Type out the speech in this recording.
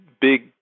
big